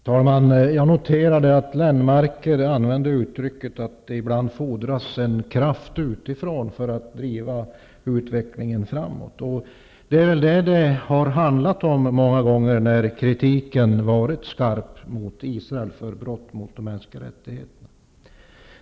Herr talman! Jag noterade att Lennmarker använde uttrycket att det ibland fordras en kraft utifrån för att driva utvecklingen framåt. Det är väl det som det har handlat om många gånger när kritiken mot Israel varit skarp för brott mot de mänskliga rättigheterna.